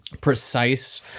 precise